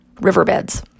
Riverbeds